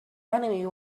enemy